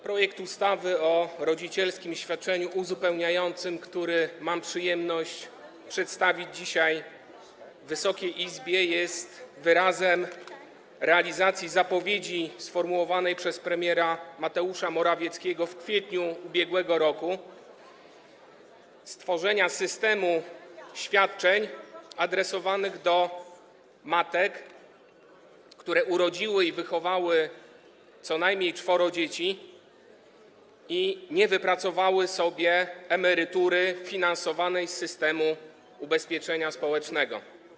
Projekt ustawy o rodzicielskim świadczeniu uzupełniającym, który mam przyjemność przedstawić dzisiaj Wysokiej Izbie, jest wyrazem realizacji zapowiedzi sformułowanej przez premiera Mateusza Morawieckiego w kwietniu ub.r., dotyczącej stworzenia systemu świadczeń adresowanych do matek, które urodziły i wychowały co najmniej czworo dzieci i nie wypracowały sobie emerytury finansowanej z systemu ubezpieczenia społecznego.